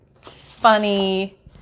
funny